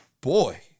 boy